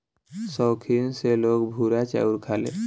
सौखीन से लोग भूरा चाउर खाले